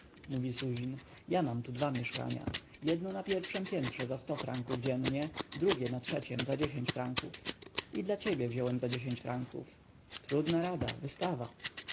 mówi suzin ja mam tu dwa mieszkania jedno na pierwszem piętrze za sto franków dziennie drugie na trzeciem za franków i dla ciebie wziąłem za franków trudna rada wystawa